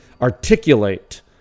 articulate